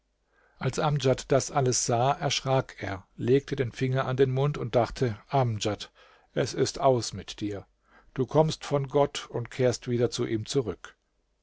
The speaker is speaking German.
als amdjad das alles sah erschrak er legte den finger an den mund und dachte amdjad es ist aus mit dir du kommst von gott und kehrst wieder zu ihm zurück